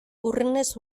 hurrenez